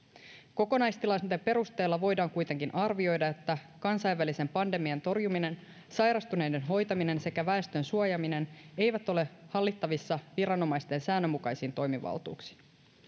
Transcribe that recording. kokonaistilanteen perusteella voidaan kuitenkin arvioida että kansainvälisen pandemian torjuminen sairastuneiden hoitaminen sekä väestön suojaaminen eivät ole hallittavissa viranomaisten säännönmukaisin toimivaltuuksin